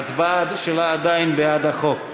ההצבעה שלה עדיין בעד החוק.